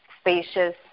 spacious